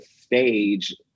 stage